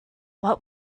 what